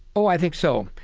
oh, i think so.